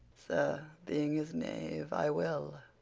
sir, being his knave, i will.